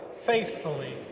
faithfully